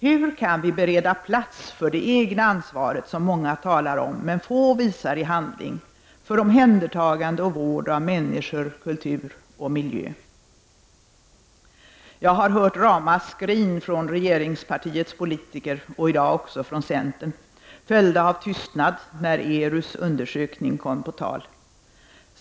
Hur kan vi bereda plats för det egna ansvaret, som många talar om, men få visar i handling, för omhändertagande och vård av människor, kultur och miljö? Jag har hört ramaskrin från regeringspartiets politiker och i dag också från centern, följda av tystnad när ERUs undersökning kommer på tal.